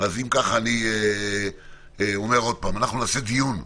אני אומר עוד פעם, אנחנו נעשה דיון.